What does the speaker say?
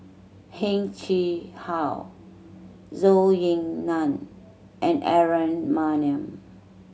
Heng Chee How Zhou Ying Nan and Aaron Maniam